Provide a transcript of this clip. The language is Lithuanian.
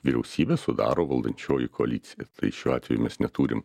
vyriausybę sudaro valdančioji koalicija tai šiuo atveju mes neturim